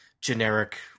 generic